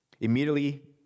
immediately